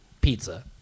pizza